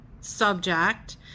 subject